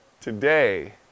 today